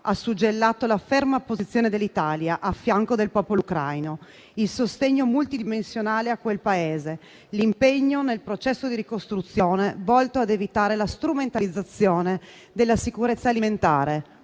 ha suggellato la ferma posizione dell'Italia a fianco del popolo ucraino, il sostegno multidimensionale a quel Paese, l'impegno nel processo di ricostruzione, volto ad evitare la strumentalizzazione della sicurezza alimentare,